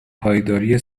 پایداری